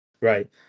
Right